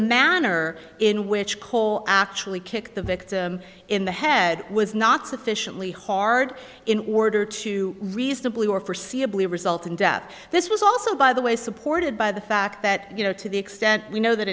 manner in which cole actually kick the victim in the head was not sufficiently hard in order to reasonably or forseeable result in death this was also by the way supported by the fact that you know to the extent we know that